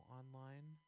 online